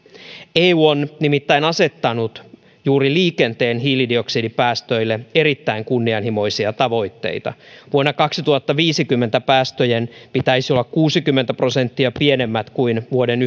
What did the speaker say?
eu on nimittäin asettanut juuri liikenteen hiilidioksidipäästöille erittäin kunnianhimoisia tavoitteita vuonna kaksituhattaviisikymmentä päästöjen pitäisi olla kuusikymmentä prosenttia pienemmät kuin vuoden